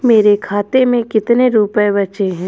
मेरे खाते में कितने रुपये बचे हैं?